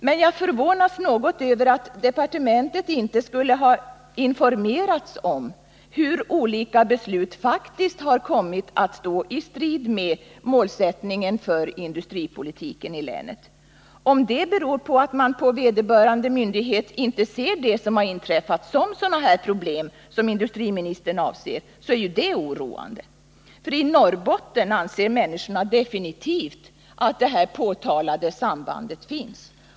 Men jag förvånas något över att departementet inte skulle ha informerats om hur olika beslut faktiskt kommit att stå i strid med målsättningen för industripolitiken i länet. Om det beror på att man på vederbörande myndighet inte ser det som inträffat som sådana problem som industriministern avser, så är det oroande. I Norrbotten anser människorna definitivt att det påtalade sambandet finns.